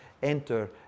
Enter